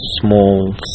small